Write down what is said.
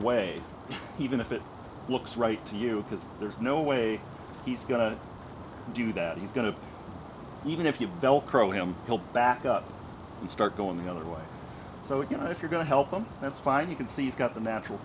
way even if it looks right to you because there's no way he's going to do that he's going to even if you belle crow him he'll back up and start going the other way so you know if you're going to help them that's why you can see he's got the natural